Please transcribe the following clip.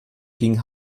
gegen